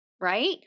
right